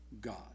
God